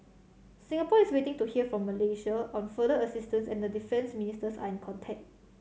Singapore is waiting to hear from Malaysia on further assistance and the defence ministers are in contact